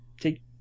take